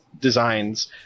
designs